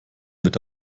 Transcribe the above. wird